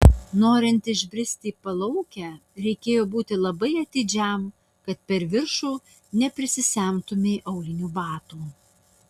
norint išbristi į palaukę reikėjo būti labai atidžiam kad per viršų neprisemtumei aulinių batų